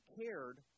cared